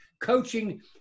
Coaching